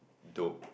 nope